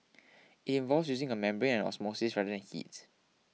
it involves using a membrane and osmosis rather than heat